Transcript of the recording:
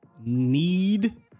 need